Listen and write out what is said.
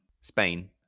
Spain